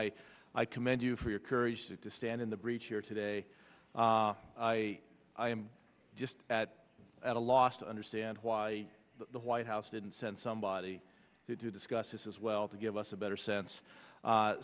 and i commend you for your courage to stand in the breach here today i am just at a loss to understand why the white house didn't send somebody to discuss this as well to give us a better sense